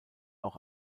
auch